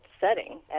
setting